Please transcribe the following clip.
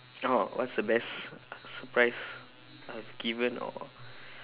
oh what's the best surprise I have given or